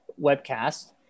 webcast